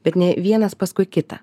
bet ne vienas paskui kitą